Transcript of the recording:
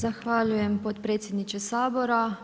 Zahvaljujem potpredsjedniče Sabora.